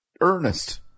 Ernest